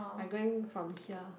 I going from here